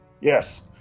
Yes